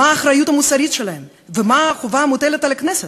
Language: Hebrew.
מה האחריות המוסרית שלהם ומה החובה המוטלת על הכנסת,